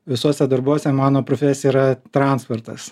visuose darbuose mano profesija yra transportas